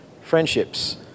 friendships